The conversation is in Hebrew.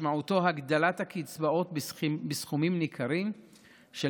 משמעותו הגדלת הקצבאות בסכומים ניכרים של